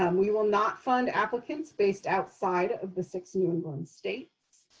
um we will not fund applicants based outside of the six new england states.